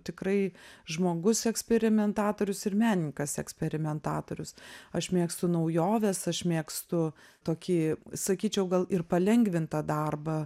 tikrai žmogus eksperimentatorius ir menininkas eksperimentatorius aš mėgstu naujoves aš mėgstu tokį sakyčiau gal ir palengvintą darbą